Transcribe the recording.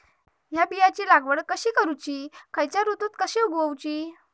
हया बियाची लागवड कशी करूची खैयच्य ऋतुत कशी उगउची?